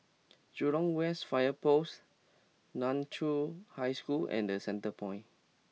Jurong West Fire Post Nan Chiau High School and The Centrepoint